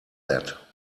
that